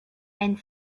and